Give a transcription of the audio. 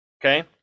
okay